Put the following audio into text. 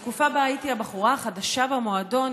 בתקופה שבה הייתי הבחורה החדשה במועדון,